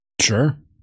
Sure